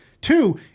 Two